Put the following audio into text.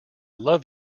love